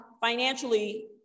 financially